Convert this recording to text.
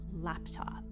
laptop